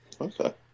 Okay